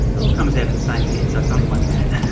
it all comes out of the same head so it's only one hat,